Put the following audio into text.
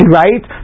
right